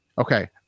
okay